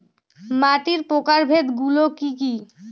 মাটির প্রকারভেদ গুলো কি কী?